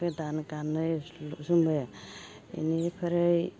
गोदान गानो जोमो इनिफ्राइ